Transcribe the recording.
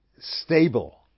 stable